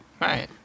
Right